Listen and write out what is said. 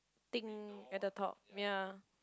thing at the top ya